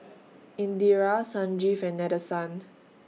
Indira Sanjeev and Nadesan